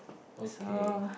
okay